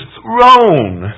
throne